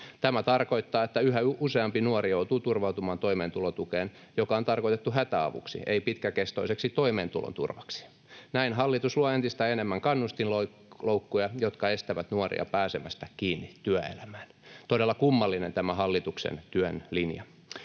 Tämä tarkoittaa, että yhä useampi nuori joutuu turvautumaan toimeentulotukeen, joka on tarkoitettu hätäavuksi, ei pitkäkestoiseksi toimeentulon turvaksi. Näin hallitus luo entistä enemmän kannustinloukkuja, jotka estävät nuoria pääsemästä kiinni työelämään — todella kummallinen tämä hallituksen työn linja.